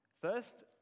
First